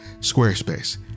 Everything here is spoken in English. Squarespace